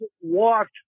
walked